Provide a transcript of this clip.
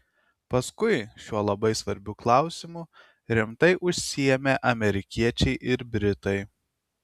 paskui šiuo labai svarbiu klausimu rimtai užsiėmė amerikiečiai ir britai